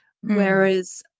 Whereas